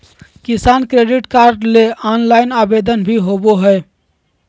किसान credit card ले online आवेदन भी होबय हय